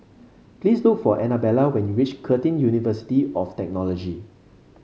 please look for Anabella when you reach Curtin University of Technology